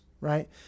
right